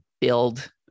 build